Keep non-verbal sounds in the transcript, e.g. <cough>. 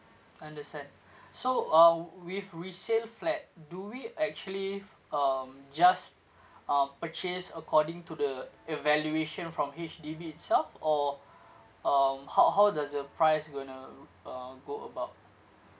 understand <breath> so uh w~ with resale flat do we actually um just ah purchase according to the evaluation from H_D_B itself or um how how does the price gonna uh go about